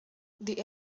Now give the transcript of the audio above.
the